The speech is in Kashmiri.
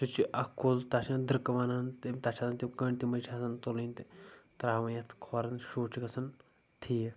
سُہ چھُ اکھ کُل تتھ چھِ دٔرکہٕ ونان تٔم تتھ چھِ آسان تِم کٔنڈۍ تِمٕے چھِ آسان تُلٕنۍ تہٕ ترٛاوٕںی اتھ کھۄرن تہٕ شُہ چھِ گژھان ٹھیٖک